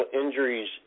injuries